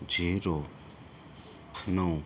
zero नऊ